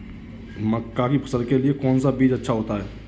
मक्का की फसल के लिए कौन सा बीज अच्छा होता है?